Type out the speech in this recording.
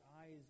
eyes